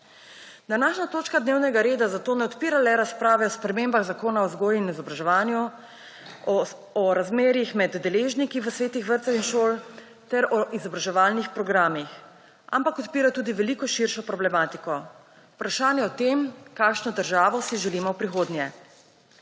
Današnja točka dnevnega reda zato ne odpira le razprave o spremembah zakona o vzgoji in izobraževanju, o razmerjih med deležniki v svetih vrtcev in šol ter izobraževalnih programih, ampak odpira tudi veliko širšo problematiko – vprašanje o tem, kakšno državo si želimo v prihodnje.